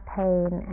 pain